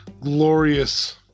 glorious